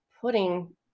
putting